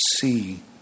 see